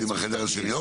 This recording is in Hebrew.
זה בחדר השני.